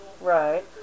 Right